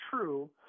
true